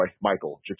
Michael